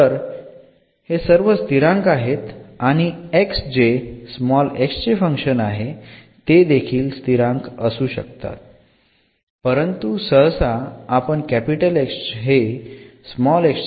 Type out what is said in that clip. तर हे सर्व स्थिरांक आहेत आणि X जे x चे फंक्शन आहे ते देखील स्थिरांक असू शकतात परंतु सहसा आपण X हे x चे एखादे फंक्शन म्हणून घेत असतो